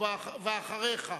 אחריך,